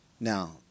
Now